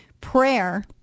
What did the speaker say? Prayer